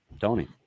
Tony